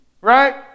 Right